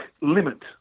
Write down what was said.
limit